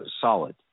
solid